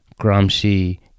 Gramsci